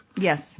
Yes